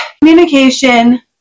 communication